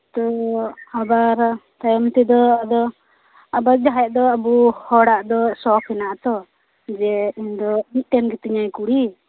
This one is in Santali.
ᱛᱚ ᱟᱵᱟᱨ ᱛᱟᱭᱚᱢ ᱛᱮᱫᱚ ᱟᱫᱚ ᱟᱵᱟᱨ ᱡᱟᱦᱟᱸᱭᱟᱜ ᱫᱚ ᱟᱵᱚᱦᱚᱲᱟᱜ ᱫᱚ ᱥᱚᱠᱷ ᱢᱮᱱᱟᱜᱼᱟ ᱛᱚ ᱡᱮ ᱤᱧ ᱫᱚ ᱢᱤᱫᱴᱮᱱ ᱜᱤᱛᱤᱧᱟᱭ ᱠᱩᱲᱤ